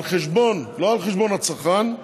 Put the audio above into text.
לא על חשבון הצרכן,